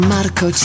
Marco